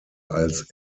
als